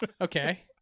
Okay